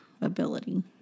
ability